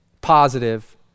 positive